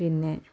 പിന്നെ